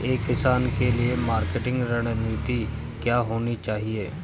एक किसान के लिए मार्केटिंग रणनीति क्या होनी चाहिए?